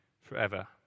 forever